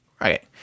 Right